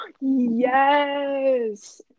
yes